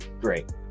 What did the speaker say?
Great